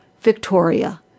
Victoria